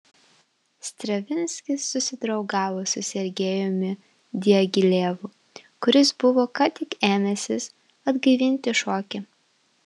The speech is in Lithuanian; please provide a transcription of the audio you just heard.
stravinskis susidraugavo su sergejumi diagilevu kuris buvo ką tik ėmęsis atgaivinti šokį